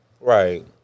right